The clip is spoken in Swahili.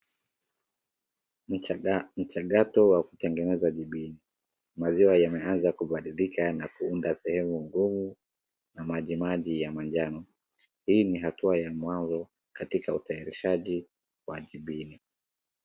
Mchakato wa kutengeneza jibini. Maziwa yameanza kubadirika na kuunda sehemu ngumu na maji maji ya majano. Hii ni hatua ya mwanzo kataika utayarishaji wa jibini.